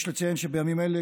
יש לציין שבימים אלה,